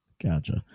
Gotcha